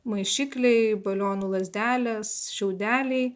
maišikliai balionų lazdelės šiaudeliai